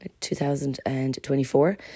2024